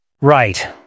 Right